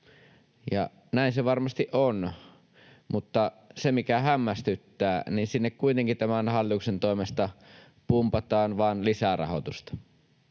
näin se varmasti on, mutta se, mikä hämmästyttää, niin sinne kuitenkin tämän hallituksen toimesta pumpataan vain lisää rahoitusta.